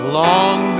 long